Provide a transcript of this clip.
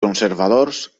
conservadors